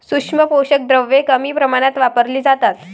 सूक्ष्म पोषक द्रव्ये कमी प्रमाणात वापरली जातात